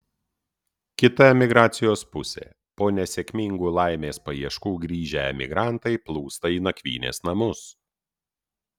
kita emigracijos pusė po nesėkmingų laimės paieškų grįžę emigrantai plūsta į nakvynės namus